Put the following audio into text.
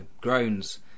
groans